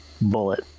bullet